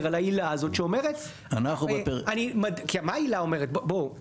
וגלעד ואתה שתדע שכמעט --- כי היום כן,